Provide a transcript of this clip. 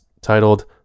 titled